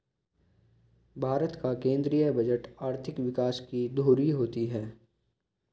भारत का केंद्रीय बजट आर्थिक विकास की धूरी होती है